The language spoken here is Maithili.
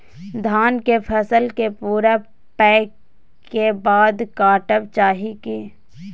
धान के फसल के पूरा पकै के बाद काटब चाही की?